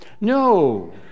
no